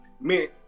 meant